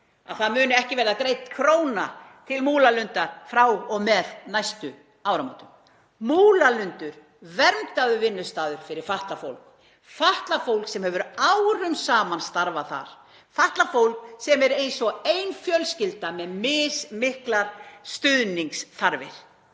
það muni ekki verða greidd króna til Múlalundar frá og með næstu áramótum. Múlalundur er verndaður vinnustaður fyrir fatlað fólk sem hefur árum saman starfað þar, fatlað fólk sem er eins og ein fjölskylda með mismiklar stuðningsþarfir.